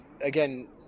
again